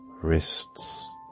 wrists